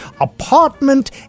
apartment